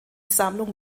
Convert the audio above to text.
sammlung